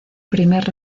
primer